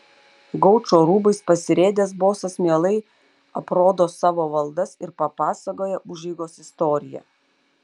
gaučo rūbais pasirėdęs bosas mielai aprodo savo valdas ir papasakoja užeigos istoriją